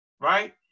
right